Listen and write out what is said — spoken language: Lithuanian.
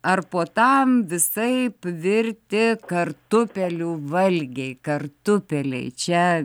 ar po tam visaip virti kartupelių valgiai kartupeliai čia